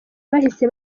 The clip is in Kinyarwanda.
bahise